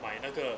买那个